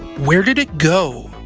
where did it go?